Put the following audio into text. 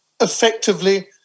effectively